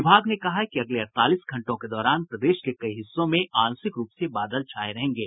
विभाग ने कहा है कि अगले अड़तालीस घंटों के दौरान प्रदेश के कई हिस्सों में आंशिक रूप से बादल छाये रहेंगे